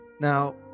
Now